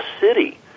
city